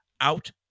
out